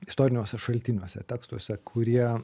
istoriniuose šaltiniuose tekstuose kurie